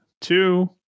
two